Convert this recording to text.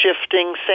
shifting